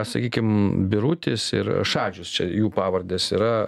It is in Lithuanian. sakykim birutis ir šadžius čia jų pavardės yra